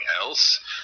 else